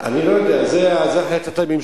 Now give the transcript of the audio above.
אולי נסגור את, אני לא יודע, זה החלטת ממשלה.